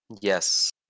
Yes